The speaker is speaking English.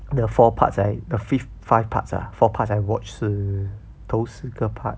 the four parts I the fifth five parts ah the fourth part I watch 是都四个 part